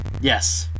Yes